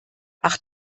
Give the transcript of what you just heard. ach